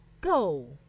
Go